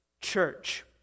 church